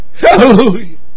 Hallelujah